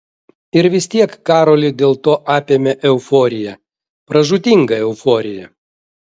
ir vis tiek karolį dėl to apėmė euforija pražūtinga euforija